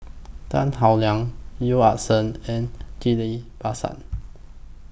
Tan Howe Liang Yeo Ah Seng and Ghillie BaSan